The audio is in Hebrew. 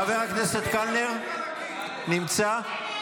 חבר הכנסת קלנר, נמצא?